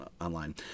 online